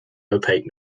opaque